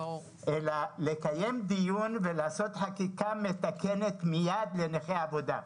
לקיים דיון ולעשות חקיקה מתקנת מיד לנכי עבודה.